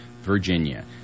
Virginia